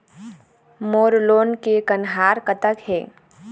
मोर loan के कन्हार कतक हे?